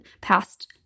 past